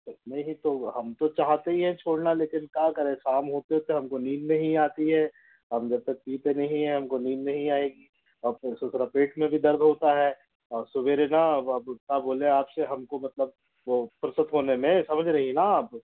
नहीं तो हम तो चाहते ही हैं छोड़ना लेकिन क्या करें शाम होते होते हमको नींद नहीं आती है हम जब तक पीते नहीं हैं हमको नींद नहीं आएगी और फिर से थोड़ा पेट में भी दर्द होता है और सवेरे ना अब अब अब क्या बोलें आप से हमको मतलब वो प्रसुप होने में समझ रही ना आप